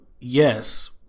yes